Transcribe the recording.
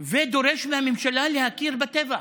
ודורש מהממשלה להכיר בטבח?